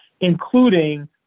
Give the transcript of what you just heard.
including